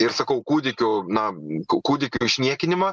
ir sakau kūdikių na kūdikių išniekinimą